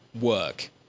work